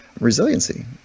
resiliency